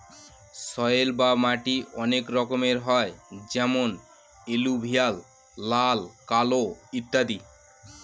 soil বা মাটি অনেক রকমের হয় যেমন এলুভিয়াল, লাল, কালো ইত্যাদি